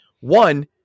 One